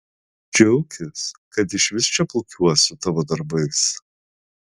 džiaukis kad išvis čia plūkiuos su tavo darbais